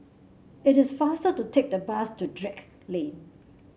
it is faster to take the bus to Drake Lane